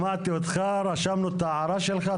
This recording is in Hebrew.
שמעתי אותך ורשמנו את ההערה שלך.